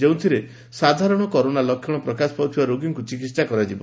ଯେଉଁଥିରେ ସାଧାରଣ କରୋନା ଲକ୍ଷଣ ପ୍ରକାଶ ପାଉଥିବା ରୋଗୀଙ୍କୁ ଚିକିତ୍ସା କରାଯିବ